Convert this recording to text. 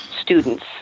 students